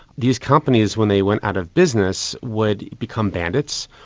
these companies when they went out of business would become bandits,